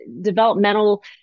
developmental